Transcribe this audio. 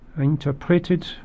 interpreted